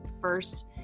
first